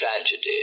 tragedy